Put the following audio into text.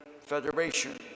Federation